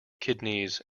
kidneys